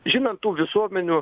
žinant tų visuomenių